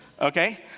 Okay